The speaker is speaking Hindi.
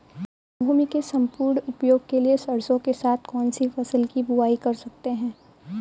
भूमि के सम्पूर्ण उपयोग के लिए सरसो के साथ कौन सी फसल की बुआई कर सकते हैं?